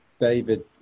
David